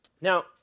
Now